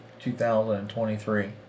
2023